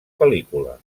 pel·lícula